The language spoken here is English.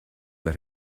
that